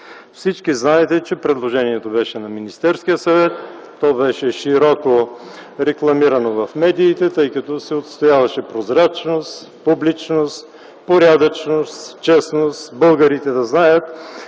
Всички знаете, че предложението беше на Министерския съвет, то беше широко рекламирано в медиите, тъй като се отстояваше прозрачност, публичност, порядъчност, честност – българите да знаят